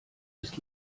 ist